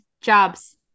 jobs